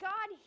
God